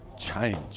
change